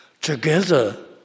together